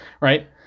Right